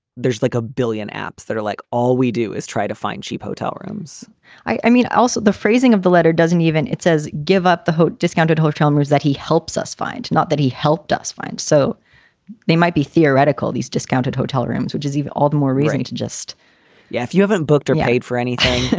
there's like a billion apps that are like all we do is try to find cheap hotel rooms i mean, also the phrasing of the letter doesn't even. it says give up the whole discounted hotel um room that he helps us find. not that he helped us find. so they might be theoretical, these discounted hotel rooms, which is even all the more reason to just yeah, if you haven't booked or paid for anything,